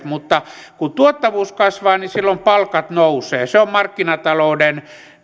mutta kun tuottavuus kasvaa niin silloin palkat nousevat se on markkinatalouden